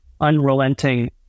unrelenting